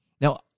Now